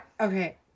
Okay